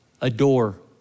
adore